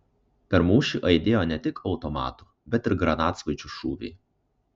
per mūšį aidėjo ne tik automatų bet ir granatsvaidžių šūviai